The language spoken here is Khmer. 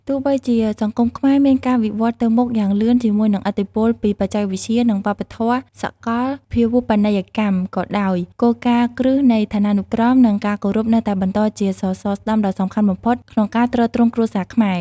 ទោះបីជាសង្គមខ្មែរមានការវិវឌ្ឍន៍ទៅមុខយ៉ាងលឿនជាមួយនឹងឥទ្ធិពលពីបច្ចេកវិទ្យា និងវប្បធម៌សាកលភាវូបនីយកម្មក៏ដោយ គោលការណ៍គ្រឹះនៃឋានានុក្រម និងការគោរពនៅតែបន្តជាសសរស្តម្ភដ៏សំខាន់បំផុត ក្នុងការទ្រទ្រង់គ្រួសារខ្មែរ។